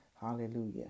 hallelujah